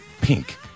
pink